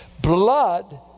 Blood